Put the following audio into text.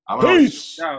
Peace